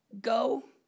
Go